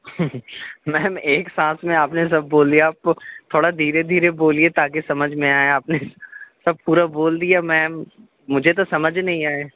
میم ایک سانس میں آپ نے سب بول دیا آپ تھوڑا دھیرے دھیرے بولیے تاکہ سمجھ میں آئے آپ نے سب پورا بول دیا میم مجھے تو سمجھ ہی نہیں آئے